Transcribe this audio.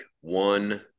one